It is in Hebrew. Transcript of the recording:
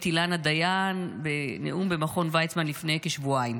אילנה דיין בנאום במכון ויצמן לפני כשבועיים,